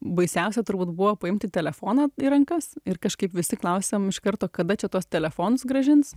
baisiausia turbūt buvo paimti telefoną į rankas ir kažkaip visi klausėm iš karto kada čia tuos telefonus grąžins